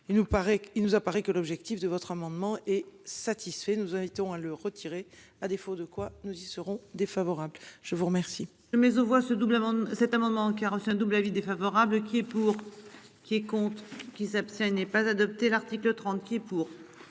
nous apparaît que l'objectif de votre amendement est satisfait. Nous invitons à le retirer à défaut de quoi, nous y serons défavorables. Je vous remercie.